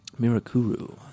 Mirakuru